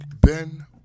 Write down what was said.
Ben